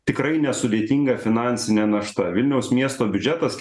tikrai nesudėtinga finansinė našta vilniaus miesto biudžetas